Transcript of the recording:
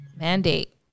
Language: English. mandate